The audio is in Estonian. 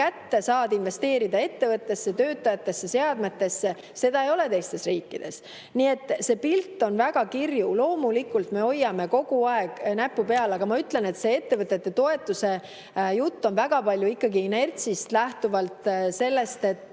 kätte, saad investeerida ettevõttesse, töötajatesse, seadmetesse – seda ei ole teistes riikides. Nii et see pilt on väga kirju. Loomulikult me hoiame kogu aeg näppu peal. Aga ma ütlen, et see ettevõtete toetuse jutt on väga palju ikkagi inertsist, lähtuvalt sellest